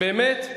באמת?